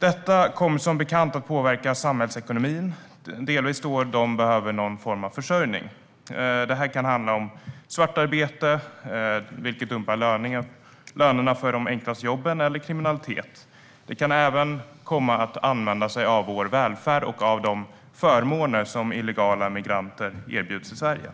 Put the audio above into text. Detta kommer som bekant att påverka samhällsekonomin, bland annat då de behöver någon form av försörjning. Det kan handla om svartarbete, vilket dumpar lönerna för de enklaste jobben, eller kriminalitet. De kan även komma att använda sig av vår välfärd och av de förmåner som illegala migranter erbjuds i Sverige.